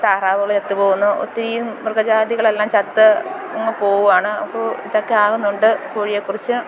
താറാവുകൾ ചത്തു പോകുന്നു ഒത്തിരിയും മൃഗ ജാതികളെല്ലാം ചത്ത് അങ്ങ് പോകുകയാണ് അപ്പോൾ ഇതൊക്കെ ആകുന്നുണ്ട് കോഴിയെ കുറിച്ച്